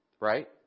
right